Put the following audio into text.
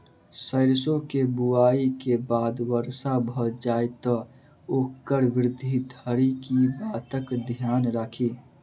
सैरसो केँ बुआई केँ बाद वर्षा भऽ जाय तऽ ओकर वृद्धि धरि की बातक ध्यान राखि?